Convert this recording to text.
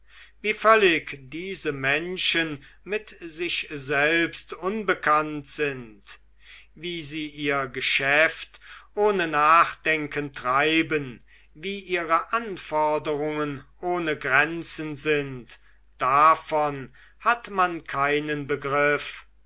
wie völlig diese menschen mit sich selbst unbekannt sind wie sie ihr geschäft ohne nachdenken treiben wie ihre anforderungen ohne grenzen sind davon hat man keinen begriff